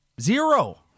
Zero